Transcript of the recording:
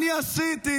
למה אתה משקר?